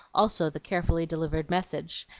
also the carefully delivered message,